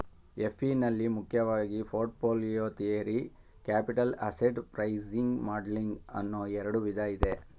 FE ನಲ್ಲಿ ಮುಖ್ಯವಾಗಿ portfolio theory, capital asset pricing modelling ಅನ್ನೋ ಎರಡು ವಿಧ ಇದೆ